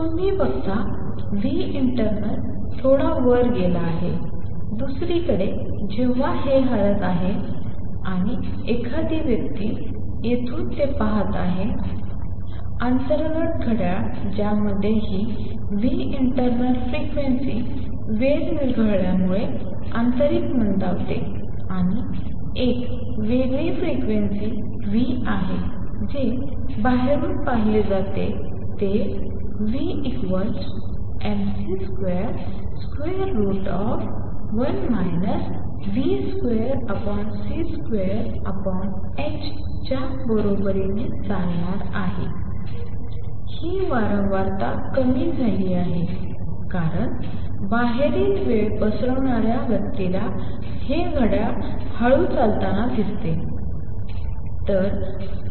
तुम्ही बघता internal थोडा वर गेला आहे दुसरीकडे जेव्हा हे हलते आहे आणि एखादी व्यक्ती येथून ते पाहत आहे अंतर्गत घड्याळ ज्यामध्ये ही internalफ्रिक्वेन्सी वेळ विरघळल्यामुळे आंतरिक मंदावते आणि एक वेगळी फ्रिक्वेन्सी आहे जे बाहेरून पाहिले जाते ते ν equals mc21 v2c2h च्या बरोबरीने चालणार आहे ही वारंवारता कमी झाली आहे कारण बाहेरील वेळ पसरवणा या व्यक्तीला हे घड्याळ हळू चालताना दिसते